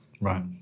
right